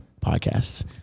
podcasts